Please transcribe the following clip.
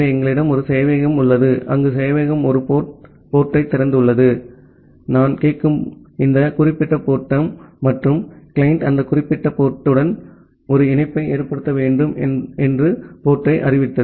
எங்களிடம் ஒரு சேவையகம் உள்ளது அங்கு சேவையகம் ஒரு போர்ட் திறந்துள்ளது நான் கேட்கும் இந்த குறிப்பிட்ட போர்ட் மற்றும் கிளையன்ட் அந்த குறிப்பிட்ட போர்ட் உடன் ஒரு இணைப்பை ஏற்படுத்த வேண்டும் என்று போர்ட் டை அறிவித்தது